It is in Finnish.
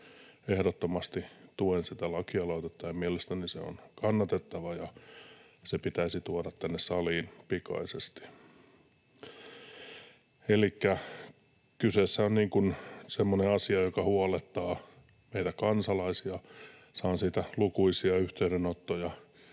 ehdottomasti tuen sitä lakialoitetta, ja mielestäni se on kannatettava ja se pitäisi tuoda tänne saliin pikaisesti. Elikkä kyseessä on semmoinen asia, joka huolettaa meitä kansalaisia. Saan siitä lukuisia yhteydenottoja